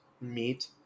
meat